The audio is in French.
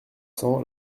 cents